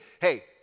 Hey